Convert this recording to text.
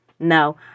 No